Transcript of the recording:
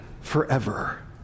forever